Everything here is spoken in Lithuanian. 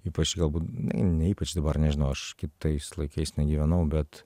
ypač galbūt ne ypač dabar nežinau aš kaip tais laikais negyvenau bet